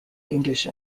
english